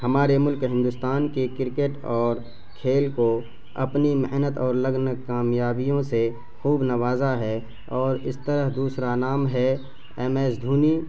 ہمارے ملک ہندوستان کی کرکٹ اور کھیل کو اپنی محنت اور لگن کامیابیوں سے خوب نوازا ہے اور اس طرح دوسرا نام ہے ایم ایس دھونی